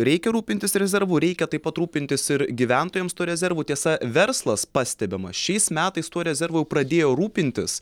reikia rūpintis rezervu reikia taip pat rūpintis ir gyventojams tuo rezervu tiesa verslas pastebima šiais metais tuo rezervu pradėjo rūpintis